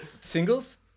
Singles